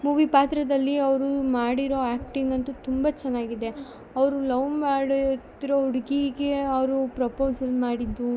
ಮುವಿ ಪಾತ್ರದಲ್ಲಿ ಅವರು ಮಾಡಿರೋ ಆ್ಯಕ್ಟಿಂಗಂತು ತುಂಬ ಚೆನ್ನಾಗಿದೆ ಅವರು ಲವ್ ಮಾಡಿದ್ರೋ ಹುಡುಗಿಗೆ ಅವರು ಪ್ರಪೋಸಲ್ ಮಾಡಿದ್ದು